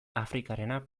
afrikarena